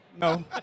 No